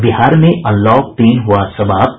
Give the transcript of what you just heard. और बिहार में अनलॉक तीन हुआ समाप्त